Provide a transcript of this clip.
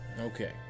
okay